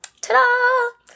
ta-da